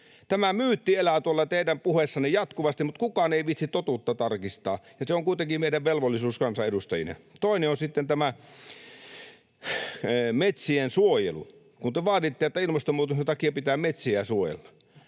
Tämä myytti elää teidän puheissanne jatkuvasti, mutta kukaan ei viitsi totuutta tarkistaa, ja se on kuitenkin meidän velvollisuutemme kansanedustajina. Toinen on sitten tämä metsien suojelu, kun te vaaditte, että ilmastonmuutoksen takia pitää metsiä suojella.